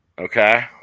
Okay